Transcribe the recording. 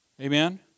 Amen